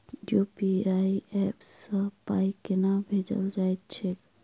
UPI app सँ पाई केना भेजल जाइत छैक?